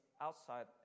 outside